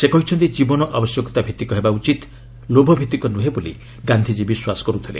ସେ କହିଛନ୍ତି ଜୀବନ ଆବଶ୍ୟକତା ଭିତ୍ତିକ ହେବା ଉଚିତ୍ ଲୋଭ ଭିତ୍ତିକ ନୁହେଁ ବୋଲି ଗାନ୍ଧିଜୀ ବିଶ୍ୱାସ କରୁଥିଲେ